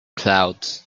clouds